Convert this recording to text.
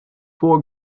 four